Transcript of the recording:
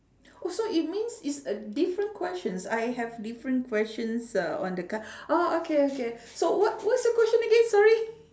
oh so it means is a different questions I have different questions uh on the card ah okay okay so what what's the question again sorry